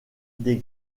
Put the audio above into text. des